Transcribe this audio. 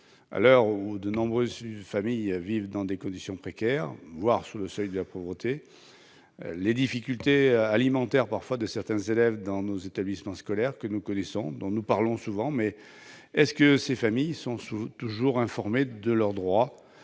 à l'heure où de nombreuses familles vivent dans des conditions précaires, voire sous le seuil de la pauvreté, les difficultés alimentaires parfois de certains élèves dans nos établissements scolaires que nous connaissons, dont nous parlons souvent mais est-ce que ces familles sont sous toujours informés de leurs droits,